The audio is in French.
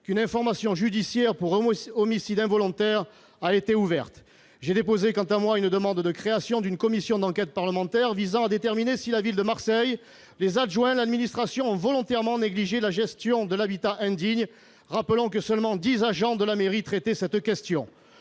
qu'une information judiciaire pour homicide involontaire a été ouverte. Quant à moi, j'ai déposé une demande de création d'une commission d'enquête parlementaire, ... Nous voilà bien !... visant à déterminer si la ville de Marseille, les adjoints ou encore l'administration ont volontairement négligé la gestion de l'habitat indigne. Rappelons que seulement dix agents de la mairie traitaient cette question